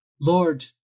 Lord